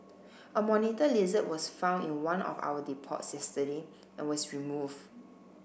a monitor lizard was found in one of our depots yesterday and was removed